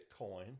Bitcoin